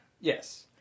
Yes